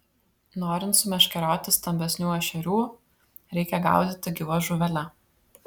norint sumeškerioti stambesnių ešerių reikia gaudyti gyva žuvele